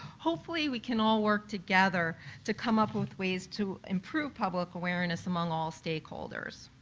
hopefully we can all work together to come up with ways to improve public awareness among all stakeholders.